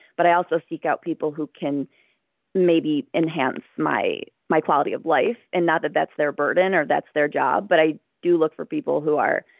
but i also seek out people who can maybe enhance my my quality of life and not that that's their burden or that's their job, but i do look for people who are.